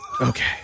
Okay